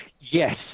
Yes